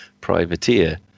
Privateer